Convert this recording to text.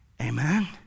amen